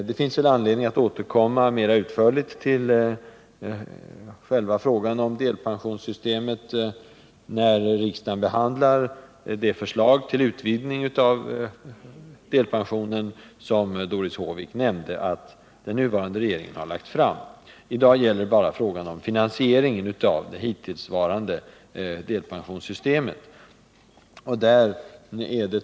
Det finns anledning att återkomma mera utförligt till själva frågan om delpensionssystemet, när riksdagen behandlar det förslag till utvidgning av delpensionen som Doris Håvik nämnde att den nuvarande regeringen lagt fram. I dag gäller diskussionen bara finansieringen av det hittillsvarande delpensionssystemet.